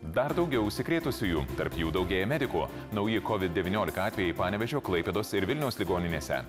dar daugiau užsikrėtusiųjų tarp jų daugėja medikų nauji covid devyniolika atvejai panevėžio klaipėdos ir vilniaus ligoninėse